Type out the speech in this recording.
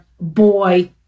Boy